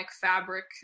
fabric